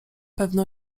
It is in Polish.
pewno